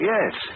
Yes